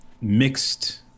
mixed